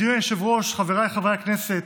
אדוני היושב-ראש, חבריי חברי הכנסת,